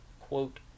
quote